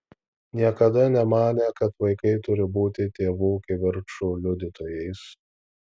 niekada nemanė kad vaikai turi būti tėvų kivirčų liudytojais